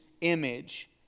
image